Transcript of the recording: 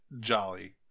jolly